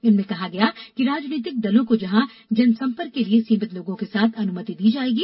इनमें कहा गया है कि राजनीतिक दलों को जहां जनसंपर्क के लिये सीमित लोगों के साथ अनुमति दी जाएगी